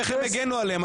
איך הם הגנו עליהם,